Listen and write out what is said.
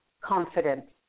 confident